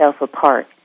apart